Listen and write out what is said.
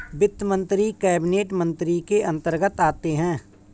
वित्त मंत्री कैबिनेट मंत्री के अंतर्गत आते है